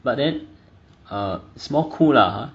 but then err it's more cool lah